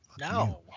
No